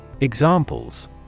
Examples